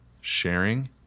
sharing